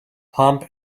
pomp